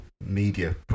media